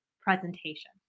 presentation